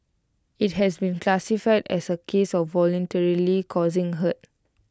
IT has been classified as A case of voluntarily causing hurt